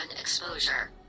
exposure